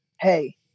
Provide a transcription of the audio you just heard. Hey